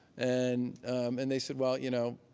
and and they said, well, you know,